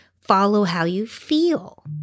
follow-how-you-feel